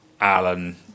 Alan